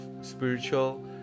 spiritual